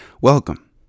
welcome